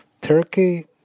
Turkey